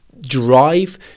drive